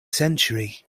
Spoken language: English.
century